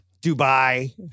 Dubai